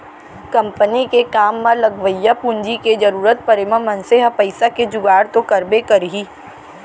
company के काम म लगवइया पूंजी के जरूरत परे म मनसे ह पइसा के जुगाड़ तो करबे करही